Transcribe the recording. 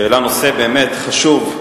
שהעלה נושא באמת חשוב,